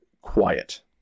quiet